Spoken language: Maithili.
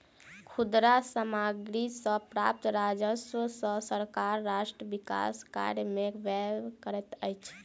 खुदरा सामग्री सॅ प्राप्त राजस्व सॅ सरकार राष्ट्र विकास कार्य में व्यय करैत अछि